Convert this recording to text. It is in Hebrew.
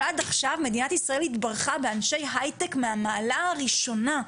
אבל עד עכשיו מדינת ישראל התברכה באנשי הייטק מהמעלה הראשונה,